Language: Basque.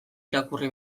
irakurri